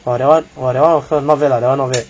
!wah! that [one] !wah! that [one] okay lah not bad lah the[one] not bad